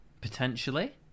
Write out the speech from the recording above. Potentially